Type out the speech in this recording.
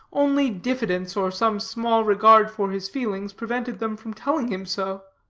only diffidence, or some small regard for his feelings, prevented them from telling him so.